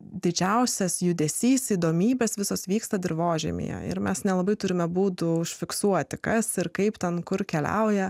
didžiausias judesys įdomybės visos vyksta dirvožemyje ir mes nelabai turime būdų užfiksuoti kas ir kaip ten kur keliauja